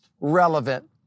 relevant